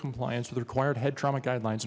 compliance with required head trauma guidelines